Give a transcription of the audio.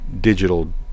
digital